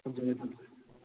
ꯊꯝꯖꯔꯦ ꯊꯝꯖꯔꯦ